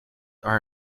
are